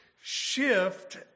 shift